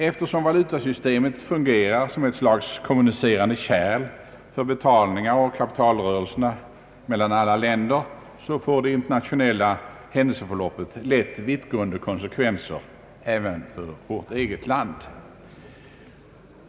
Eftersom <valutasystemet fungerar som ett slags kommunicerande kärl för betalningarna och = kapitalrörelserna mellan olika länder får det internationella händelseförloppet lätt vittgående konsekvenser även för vårt eget land.